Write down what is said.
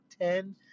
ten